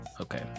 Okay